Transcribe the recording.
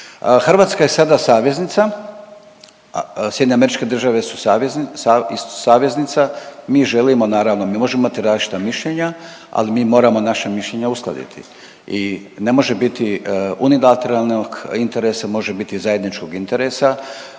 Hrvatska je sada saveznica, Sjedinjene Američke Države su saveznica. Mi želimo naravno, mi možemo imati različita mišljenja, ali mi moramo naša mišljenja uskladiti. I ne može biti unilateralnog interesa, može biti zajedničkog interesa.